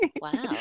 Wow